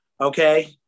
Okay